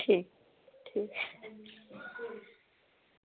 ठीक ठीक